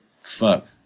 Fuck